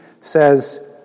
says